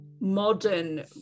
modern